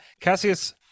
Cassius